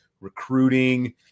recruiting